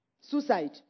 Suicide